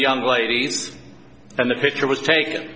young ladies and the picture was taken